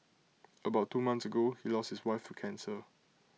about two months ago he lost his wife to cancer